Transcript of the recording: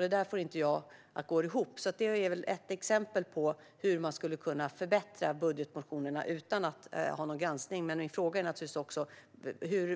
Det där får jag inte att gå ihop, så det är väl ett exempel på hur man skulle kunna förbättra budgetmotionerna utan att ha någon granskning. Min fråga är naturligtvis